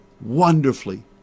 wonderfully